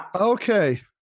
okay